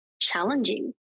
challenging